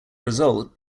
result